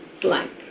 blank